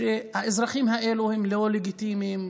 שהאזרחים האלו הם לא לגיטימיים,